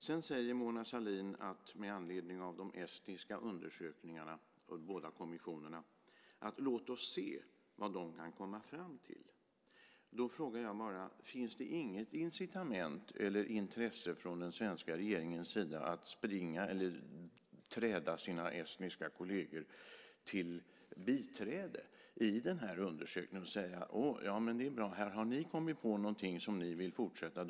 Sedan säger Mona Sahlin med anledning av de estniska undersökningarna och de båda kommissionerna: Låt oss se vad de kan komma fram till. Då frågar jag bara om det inte finns något incitament eller intresse från den svenska regeringens sida för att biträda sina estniska kolleger i den här undersökningen och säga: Det är bra. Här har ni kommit på någonting som ni vill fortsätta med.